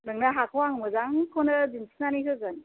नोंना हाखौ आं मोजांखौनो दिन्थिनानै होगोन